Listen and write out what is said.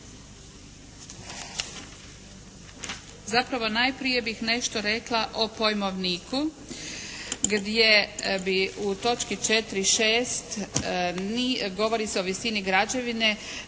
zapravo najprije bih nešto rekla o pojmovniku gdje bi tu točki 4.6. govori se o visini građevine